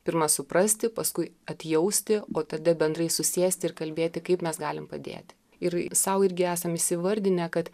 pirma suprasti paskui atjausti o tada bendrai susėsti ir kalbėti kaip mes galim padėti ir sau irgi esam įvardinę kad